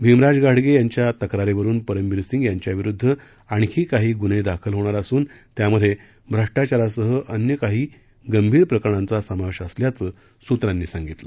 भीमराज घाडगे यांच्या तक्रारीवरून परमबीर सिंग यांच्याविरुद्ध आणखी काही ग़न्हे दाखल होणार असून त्यामध्ये श्रष्टाचारासह अन्य काही गंभीर प्रकरणांचा समावेश असल्याचं स्त्रांनी सांगितलं